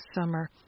summer